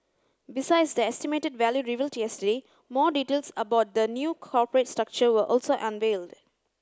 besides the estimated value revealed yesterday more details about the new corporate structure were also unveiled